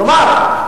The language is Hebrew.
כלומר,